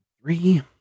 three